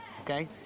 okay